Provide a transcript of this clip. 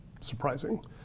surprising